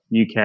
UK